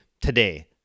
today